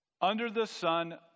Under-the-sun